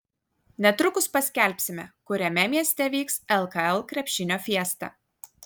netrukus paskelbsime kuriame mieste vyks lkl krepšinio fiesta